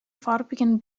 farbigen